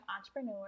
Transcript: entrepreneur